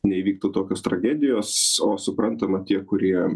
neįvyktų tokios tragedijos o suprantama tie kurie